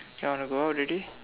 you want to go out already